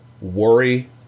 Worry